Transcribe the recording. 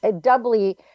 doubly